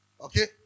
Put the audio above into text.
Okay